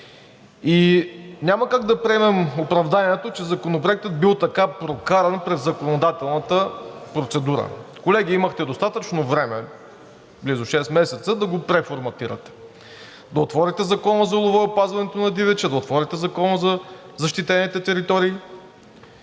Няма как да приемем оправданието, че Законопроектът бил така прокаран през законодателната процедура. Колеги, имахте достатъчно време – близо шест месеца, да го преформатирате, да отворите Закона за лова и опазване на дивеча, да отворите Закона за защитените територии